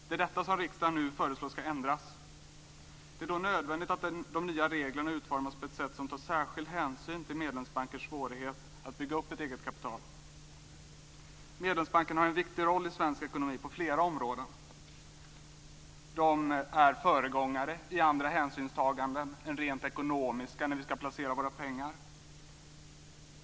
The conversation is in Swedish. Det är detta som riksdagen nu föreslår ska ändras. Det är då nödvändigt att de nya reglerna utformas på ett sätt som tar särskild hänsyn till medlemsbankers svårighet att bygga upp ett eget kapital. Medlemsbankerna har en viktig roll i svensk ekonomi på flera områden. De är föregångare i andra hänsynstaganden än rent ekonomiska när vi ska placera våra pengar.